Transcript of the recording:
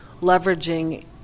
leveraging